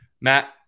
Matt